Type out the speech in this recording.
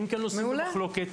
אין כאן נושאים במחלוקת,